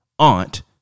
aunt